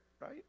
right